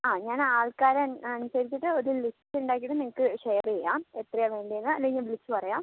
ആ ഞാൻ ആൾക്കാരെ അനുസരിച്ചിട്ട് ഒരു ലിസ്റ്റ് ഉണ്ടാക്കിയിട്ട് നിങ്ങൾക്ക് ഷെയർ ചെയ്യാം എത്രയാ വേണ്ടതെന്ന് അല്ലെങ്കിൽ വിളിച്ച് പറയാം